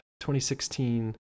2016